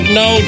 no